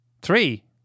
Three